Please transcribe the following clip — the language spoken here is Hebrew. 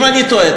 אם אני טועה,